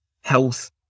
health